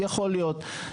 יכול להיות.